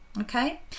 Okay